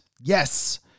Yes